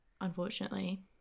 unfortunately